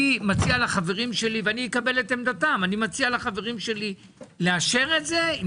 אני מציע לחברים שלי ואקבל את עמדתם - לאשר את זה עם